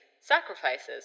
sacrifices